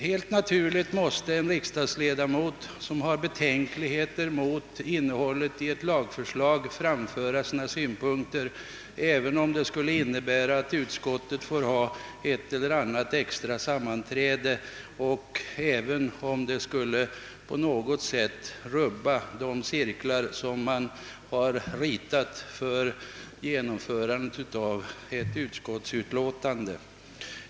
Helt naturligt måste en riksdagsledamot som har betänkligheter mot innehållet i ett lagförslag framföra sina synpunkter, även om det skulle innebära att utskottet får hålla ett eller annat extra sammanträde och även om det i viss mån skulle rubba de cirklar som man dragit upp för färdigställandet av ett utlåtande.